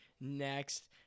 next